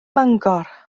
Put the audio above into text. mangor